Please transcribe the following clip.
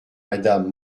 madame